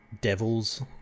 devils